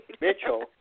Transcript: Mitchell